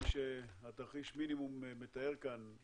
כפי שתרחיש המינימום מתאר כאן,